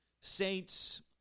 Saints